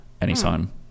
anytime